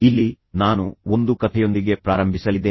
ಇಲ್ಲಿ ನಾನು ಒಂದು ಕಥೆಯೊಂದಿಗೆ ಪ್ರಾರಂಭಿಸಲಿದ್ದೇನೆ